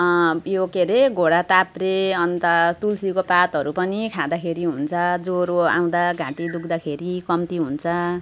यो के अरे घोडताप्रे अन्त तुलसीको पातहरू पनि खाँदाखेरि हुन्छ ज्वरो आउँदा घाँटी दुख्दाखेरि कम्ती हुन्छ